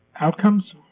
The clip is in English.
outcomes